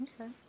Okay